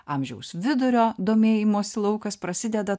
amžiaus vidurio domėjimosi laukas prasideda